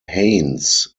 haines